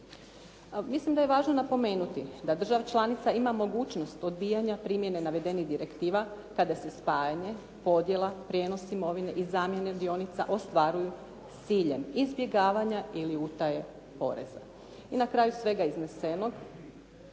Mislim da je važno napomenuti da država članica ima mogućnost odbijanja primjene navedenih direktiva kada se spajanje, podjela, prijenos imovine i zamjene dionica ostvaruju s ciljem izbjegavanja ili utaje poreza. I na kraju svega iznesenog,